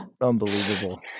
unbelievable